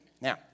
Now